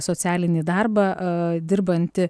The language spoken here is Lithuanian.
socialinį darbą a dirbanti